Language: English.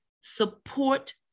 support